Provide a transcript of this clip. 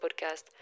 podcast